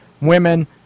women